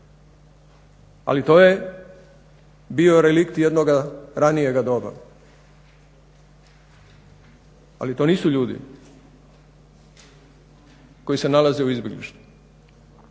ali to je bio relikt jednoga ranijega doba. Ali to nisu ljudi koji se nalaze u izbjeglištvu